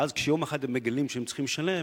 ואז כשיום אחד הם מגלים שהם צריכים לשלם,